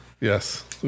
Yes